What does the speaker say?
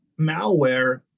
malware